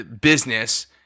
business